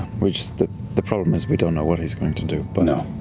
which, the the problem is we don't know what he's going to do. but